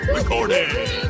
Recording